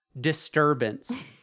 disturbance